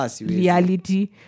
Reality